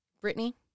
Brittany